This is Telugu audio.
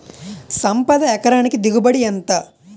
సంపద ఎకరానికి దిగుబడి ఎంత?